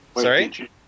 Sorry